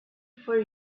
for